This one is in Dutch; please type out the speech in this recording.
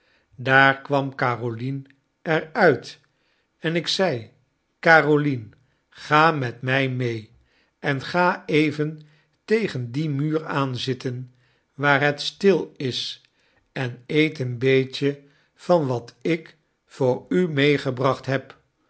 daar kwam carolien er uit en ik zei carolien ga met mij mee en ga even tegen dien muur aanzitten waar het stil is en eet een beetje van wat ik voor u raeegebracht heb